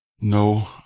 No